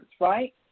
right